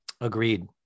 agreed